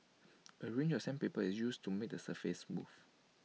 A range of sandpaper is used to make the surface smooth